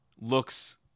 looks